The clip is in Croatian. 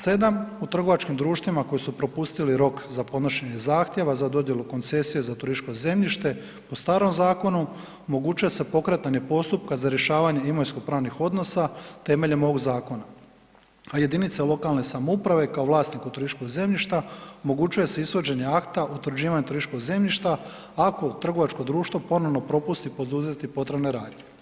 7, u trgovačkim društvima koji su propustili rok za podnošenje zahtjeva za dodjelu koncesije za turističko zemljište po starom zakonu, omogućuje se pokretanje postupka za rješavanje imovinsko-pravnih odnosa temeljem ovog zakona, a jedinicama lokalne samouprave kao vlasniku turističkog zemljišta omogućuje se ishođenje akta utvrđivanjem turističkog zemljišta, ako trgovačko društvo ponovno propusti poduzeti potrebne radnje.